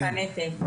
לא, בדיוק חניתי.